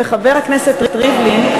וחבר הכנסת ריבלין,